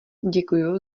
děkuju